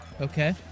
Okay